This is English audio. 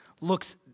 looks